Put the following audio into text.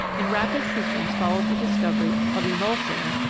in rapid sequence followed the discovery of emulsin,